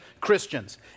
Christians